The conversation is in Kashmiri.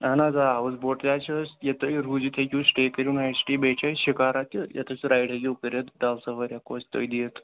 اَہَن حظ آ ہاوُس بوٹ تہِ حظ چھِ اَسہِ ییٚتہِ تُہۍ روٗزِتھ ہیٚکِو سِٹے کٔرِو نایِٹ سِٹے بیٚیہِ چھِ اَسہِ شِکارا تہِ یَتھ حظ رایِڈ ہیٚکِو کٔرِتھ دَوٕ سَوٲرۍ ہٮ۪کو أسۍ تۄہہِ دِتھ